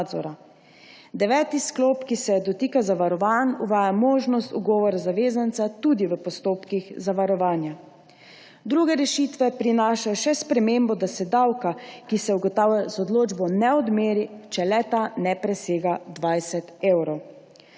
Deveti sklop, ki se dotika zavarovanj, uvaja možnost ugovora zavezanca tudi v postopkih zavarovanja. Druge rešitve prinašajo še spremembo, da se davka, ki se ugotavlja z odločbo, ne odmeri, če le-ta ne presega 20 evrov.